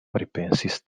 pripensis